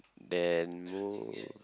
then